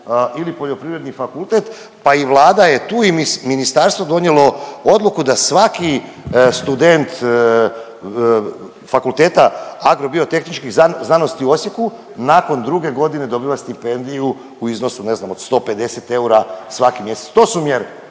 ili poljoprivredni fakultet, pa i Vlada je tu i ministarstvo donijelo odluku da svaki student Fakulteta agrobiotehničkih znanosti u Osijeku nakon 2 godine dobiva stipendiju u iznosu, ne znam, od 150 eura svaki mjesec. To su mjere.